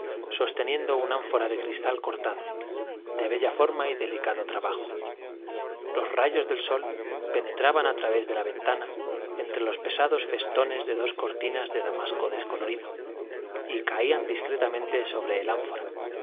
sosteniendo un ánfora de cristal cortado de bella forma y delicado trabajo los rayos del sol penetraban a través de la ventana entre los pesados festones de dos cortinas de damasco descolorido y caían discretamente sobre el ánfora